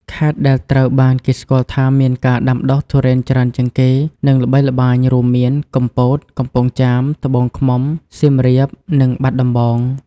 ខេត្តដែលត្រូវបានគេស្គាល់ថាមានការដាំដុះទុរេនច្រើនជាងគេ និងល្បីល្បាញ រួមមាន កំពត កំពង់ចាម ត្បូងឃ្មុំ សៀមរាប និងបាត់ដំបង។